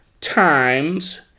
times